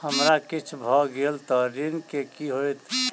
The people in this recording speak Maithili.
हमरा किछ भऽ गेल तऽ ऋण केँ की होइत?